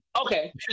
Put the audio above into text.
okay